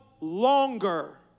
longer